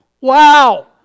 wow